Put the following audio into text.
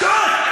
סתום.